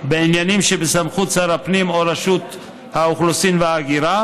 בעניינים שבסמכות שר הפנים או רשות האוכלוסין וההגירה,